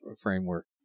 framework